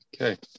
okay